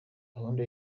gahunda